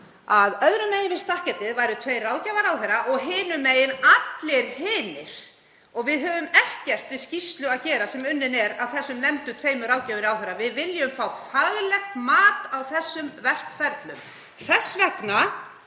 að öðrum megin við stakketið væru tveir ráðgjafar ráðherra og hinum megin allir hinir. Við höfum ekkert við skýrslu að gera sem unnin er af þessum nefndu tveimur ráðgjöfum ráðherra. Við viljum fá faglegt mat á þessum verkferlum. Þess vegna